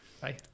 bye